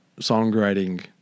songwriting